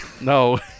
No